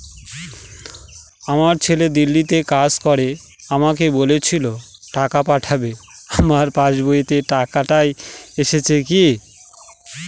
আমার ছেলে দিল্লীতে কাজ করে আমাকে বলেছিল টাকা পাঠাবে আমার পাসবইতে টাকাটা এসেছে কি?